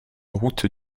route